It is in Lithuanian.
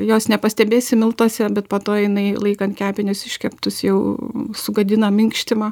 jos nepastebėsi miltuose bet po to jinai laikant kepinius iškeptus jau sugadina minkštimą